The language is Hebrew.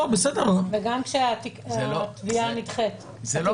וגם כשהתביעה נדחית התיק נסגר.